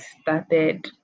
started